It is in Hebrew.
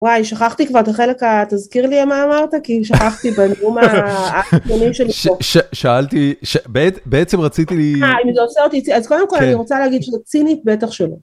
וואי, שכחתי כבר את החלק התזכיר לי מה אמרת, כי שכחתי בנאום האקדמי שלי פה. שאלתי, בעצם רציתי... אה, אם זה עושה אותי... אז קודם כול אני רוצה להגיד שזה צינית בטח שלא.